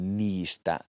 niistä